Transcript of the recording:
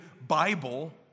Bible